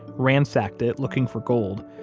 ransacked it looking for gold,